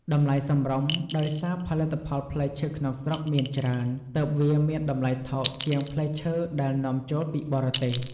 តម្លៃសមរម្យ ដោយសារផលិតផលផ្លែឈើក្នុងស្រុកមានច្រើន ទើបវាមានតម្លៃថោកជាងផ្លែឈើដែលនាំចូលពីបរទេស។